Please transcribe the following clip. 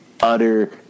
utter